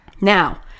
Now